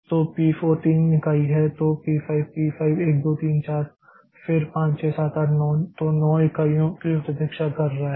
तो पी 4 3 इकाई है तो पी 5 पी 5 1 2 3 4 फिर 5 6 7 8 9 तो नौ इकाइयों की प्रतीक्षा कर रहा है